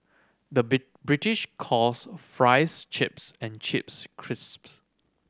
the British calls fries chips and chips crisps